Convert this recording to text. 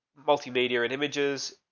multimedia and images,